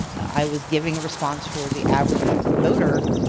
i was giving a response for the average voter,